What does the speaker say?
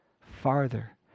farther